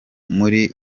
muri